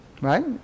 Right